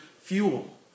fuel